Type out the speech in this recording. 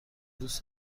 دوست